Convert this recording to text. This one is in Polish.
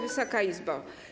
Wysoka Izbo!